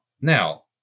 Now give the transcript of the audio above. now